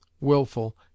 Willful